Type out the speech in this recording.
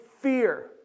fear